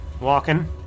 walking